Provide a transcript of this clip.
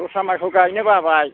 दस्रा माइखौ गायनो बाबाय